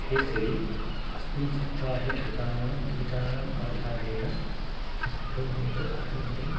हे सिरि अस्मिन् सप्ताहे श्रुतानां गीतानाम् आधारेण अटो मेडर् अटो मेडल्